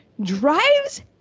drives